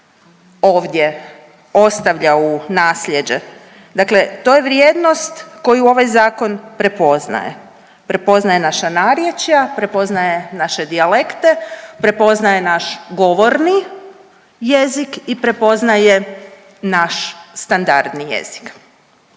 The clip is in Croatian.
ovdje ostavlja u nasljeđe, dakle to je vrijednost koju ovaj zakon prepoznaje, prepoznaje naša narječja, prepoznaje naše dijalekte, prepoznaje naš govorni jezik i prepoznaje naš standardni jezik.